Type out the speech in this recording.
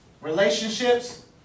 relationships